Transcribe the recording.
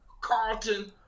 carlton